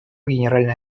генеральной